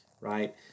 right